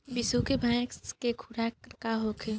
बिसुखी भैंस के खुराक का होखे?